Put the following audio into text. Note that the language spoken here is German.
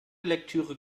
lektüre